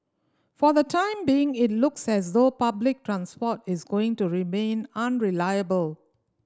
for the time being it looks as though public transport is going to remain unreliable